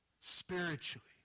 spiritually